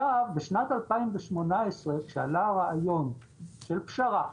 בשנת 2018 עלה הרעיון של פשרה,